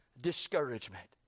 discouragement